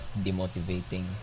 demotivating